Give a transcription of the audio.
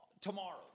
tomorrow